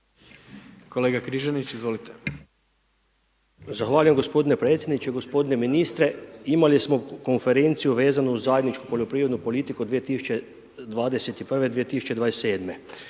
**Križanić, Josip (HDZ)** Zahvaljujem gospodine predsjedniče. Gospodine ministre, imali smo konferenciju vezanu uz zajedničku poljoprivrednu politiku 2021.-2027.,